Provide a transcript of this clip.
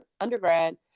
undergrad